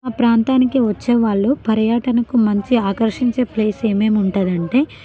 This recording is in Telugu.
మా ప్రాంతానికి వచ్చే వాళ్ళు పర్యాటనకు మంచి ఆకర్శించే ప్లేస్ ఏమేమి ఉంటుందంటే